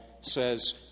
says